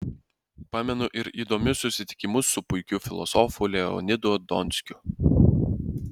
pamenu ir įdomius susitikimus su puikiu filosofu leonidu donskiu